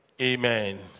Amen